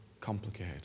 complicated